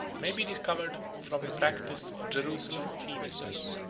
may be discovered from the practice of jerusalem, of ephesus,